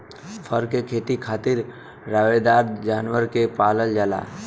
फर क खेती खातिर रोएदार जानवर के पालल जाला